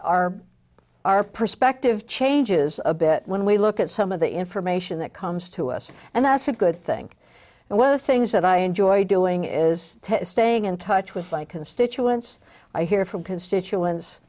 our our perspective changes a bit when we look at some of the information that comes to us and that's a good thing and one of the things that i enjoy doing is staying in touch with my constituents i hear from constituents